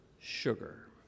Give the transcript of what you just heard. sugar